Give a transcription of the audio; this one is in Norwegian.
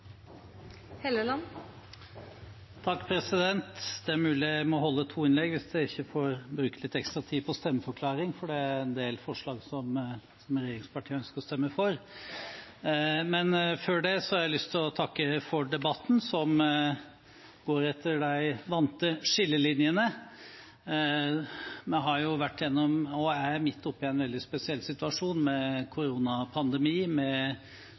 mulig jeg må holde to innlegg hvis jeg ikke får bruke litt ekstra tid på stemmeforklaring, for det er en del forslag som regjeringspartiene skal stemme for. Før det har jeg lyst til å takke for debatten, som går etter de vante skillelinjene. Vi har jo vært igjennom – og er midt oppe i – en veldig spesiell situasjon, med koronapandemi og med